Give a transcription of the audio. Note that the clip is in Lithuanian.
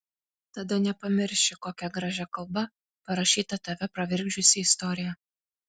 tada nepamirši kokia gražia kalba parašyta tave pravirkdžiusi istorija